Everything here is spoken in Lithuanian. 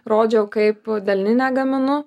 rodžiau kaip delninę gaminu